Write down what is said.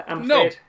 No